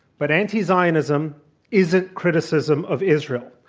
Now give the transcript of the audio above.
but anti-zionism isn't criticism of israel,